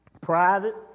Private